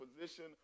position